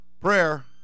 Prayer